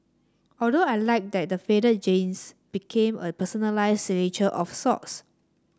although I liked that the faded jeans became a personalised signature of sorts